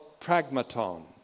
pragmaton